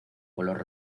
color